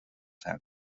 ten